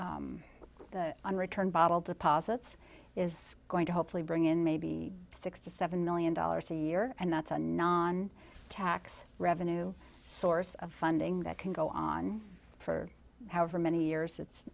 for the on return bottle deposits is going to hopefully bring in maybe six to seven million dollars a year and that's a non tax revenue source of funding that can go on for however many years it's